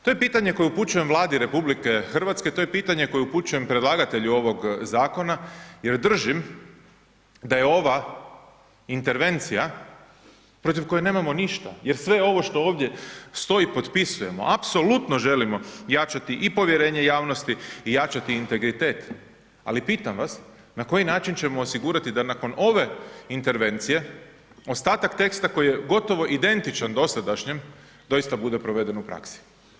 To je pitanje koje upućujem Vladi RH, to je pitanje koje upućujem predlagatelju ovog zakona jer držim da je ova intervencija protiv koje nemamo ništa jer sve ovo što ovdje stoji apsolutno potpisujemo, apsolutno želimo jačati i povjerenje javnosti i jačati integritet, ali pitam vas, na koji način ćemo osigurati da nakon ove intervencije ostatak teksta koji je gotovo identičan dosadašnjem doista bude proveden u praksi.